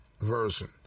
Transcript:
version